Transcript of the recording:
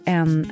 en